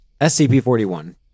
SCP-41